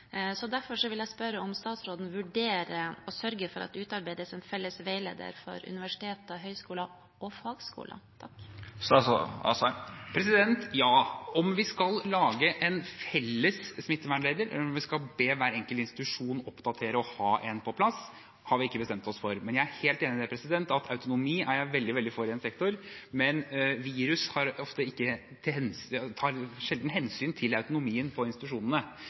så derfor vil jeg spørre om statsråden vurderer å sørge for at det utarbeides en felles veileder for universiteter, høyskoler og fagskoler. Ja. Om vi skal lage en felles smittevernveileder, eller om vi skal be hver enkelt institusjon oppdatere og ha en på plass, har vi ikke bestemt oss for. Jeg er veldig for autonomi i en sektor, men virus tar sjelden hensyn til autonomien på institusjonene. Derfor er det noe jeg er svært positiv til, og noe som vi også kommer til